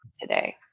today